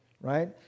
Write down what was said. right